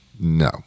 No